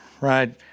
right